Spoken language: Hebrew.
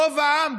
רוב העם.